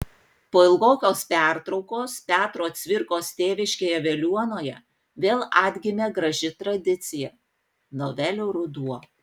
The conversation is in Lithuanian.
po ilgokos pertraukos petro cvirkos tėviškėje veliuonoje vėl atgimė graži tradicija novelių ruduo